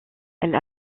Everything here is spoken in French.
elle